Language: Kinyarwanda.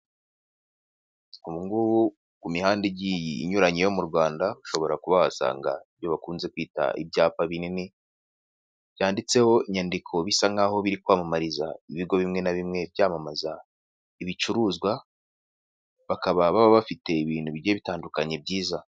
Ubu ngubu ku mihanda igiye inyuranye yo mu Rwanda, ushobora kuba wasanga ibyo bakunze kwita ibyapa binini, byanditseho inyandiko bisa nk'aho biri kwamamariza ibigo bimwe na bimwe byamamaza ibicuruzwa, bakaba baba bafite ibintu bigiye bitandukanye byiza.